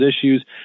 issues